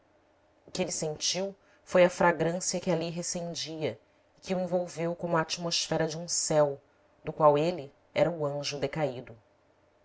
que ele sentiu foi a fragrância que ali recendia e que o envolveu como a atmosfera de um céu do qual ele era o anjo de caído